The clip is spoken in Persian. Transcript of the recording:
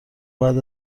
بعد